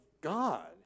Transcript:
God